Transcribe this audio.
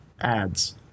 ads